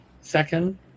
Second